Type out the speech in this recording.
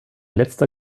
letzter